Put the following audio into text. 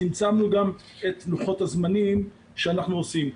צמצמנו גם את לוחות הזמנים שאנחנו עושים.